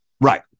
right